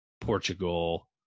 Portugal